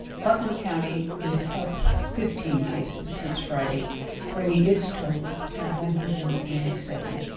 butler county is up fifteen cases since friday bringing its total to one hundred and eighty seven.